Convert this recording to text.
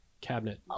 cabinet